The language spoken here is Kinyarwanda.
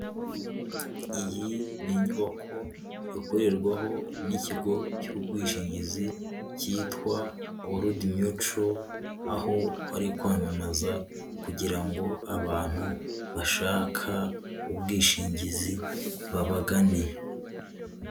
Iyi ni inyubako ikorerwaho n'ikigo cy'ubwishingizi cyitwa orudi mutuwo aho bari kwamamaza kugira ngo abantu bashaka ubwishingizi babagane.